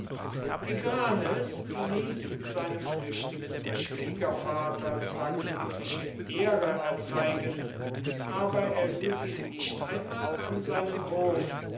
tigranes ließ seinem flüchtigen schwiegervater zwar königliche ehre erzeigen aber er lud ihn nicht einmal an seinen hof